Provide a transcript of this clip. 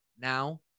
now